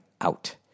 out